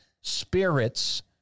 spirits